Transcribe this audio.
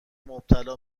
مبتلا